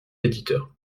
éditeur